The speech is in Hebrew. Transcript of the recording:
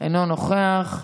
אינו נוכח,